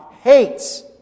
hates